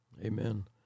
Amen